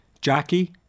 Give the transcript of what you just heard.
Jackie